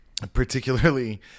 Particularly